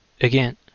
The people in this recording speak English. again